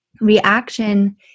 Reaction